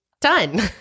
done